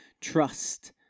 trust